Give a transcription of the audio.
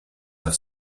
have